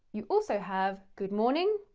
you also have good morning,